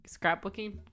scrapbooking